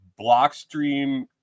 Blockstream